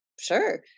Sure